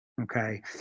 Okay